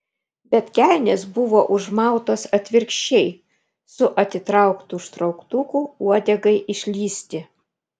bet kelnės buvo užmautos atvirkščiai su atitrauktu užtrauktuku uodegai išlįsti